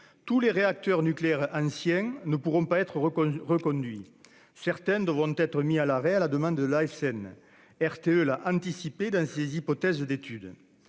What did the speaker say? Tous les réacteurs nucléaires anciens ne pourront être reconduits. Certains devront être mis à l'arrêt à la demande de l'Autorité de sûreté nucléaire- RTE l'a anticipé dans ses hypothèses d'études.